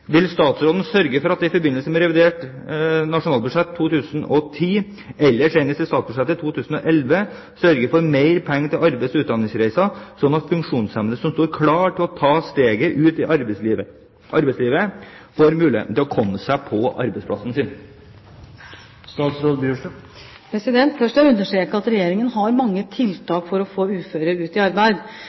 Vil statsråden i forbindelse med revidert nasjonalbudsjett for 2010, eller senest i statsbudsjettet for 2011, sørge for mer penger til arbeids- og utdanningsreiser, slik at funksjonshemmede som står klare til å ta steget ut i arbeidslivet, får mulighet til å komme seg til arbeidsplassen sin? Først vil jeg understreke at Regjeringen har mange tiltak for å få uføre ut i arbeid.